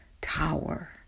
tower